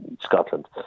Scotland